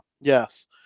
Yes